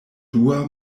dua